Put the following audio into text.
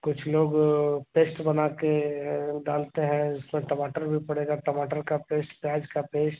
कुछ लोग वह पेस्ट बनाकर डालते हैं उसमें टमाटर भी पड़ेगा टमाटर का पेस्ट प्याज़ का पेस्ट